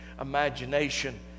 imagination